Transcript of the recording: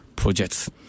projects